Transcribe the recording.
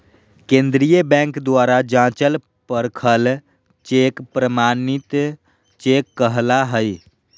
केंद्रीय बैंक द्वारा जाँचल परखल चेक प्रमाणित चेक कहला हइ